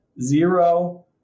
Zero